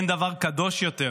אין דבר קדוש יותר